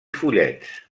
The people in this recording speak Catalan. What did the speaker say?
fullets